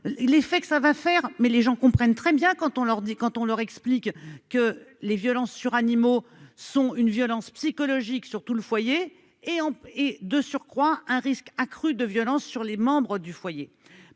l'effet que ça va faire, mais les gens comprennent très bien quand on leur dit : quand on leur explique que les violences sur animaux sont une violence psychologique sur tout le foyer et en et de surcroît un risque accru de violence sur les membres du foyer,